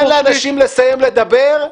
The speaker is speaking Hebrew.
ותן לאנשים לסיים לדבר.